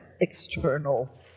external